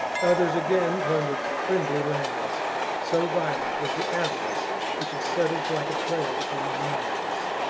others, again, plundered friendly lands so violent was the avarice which had settled like a plague upon their minds.